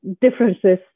differences